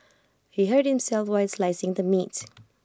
he hurt himself while slicing the meat